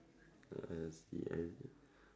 ah I see and